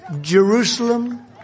Jerusalem